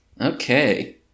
Okay